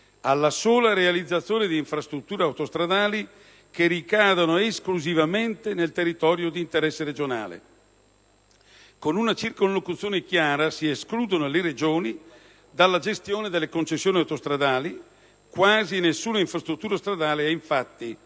alla sola realizzazione di infrastrutture autostradali che ricadano esclusivamente nel territorio di interesse regionale. Con una circonlocuzione chiara si escludono le Regioni dalla gestione delle concessioni autostradali; quasi nessuna infrastruttura autostradale è, infatti,